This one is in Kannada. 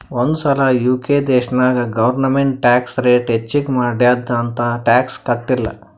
ಒಂದ್ ಸಲಾ ಯು.ಕೆ ದೇಶನಾಗ್ ಗೌರ್ಮೆಂಟ್ ಟ್ಯಾಕ್ಸ್ ರೇಟ್ ಹೆಚ್ಚಿಗ್ ಮಾಡ್ಯಾದ್ ಅಂತ್ ಟ್ಯಾಕ್ಸ ಕಟ್ಟಿಲ್ಲ